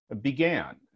began